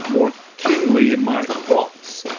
more kingly in my thoughts.